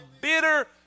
bitter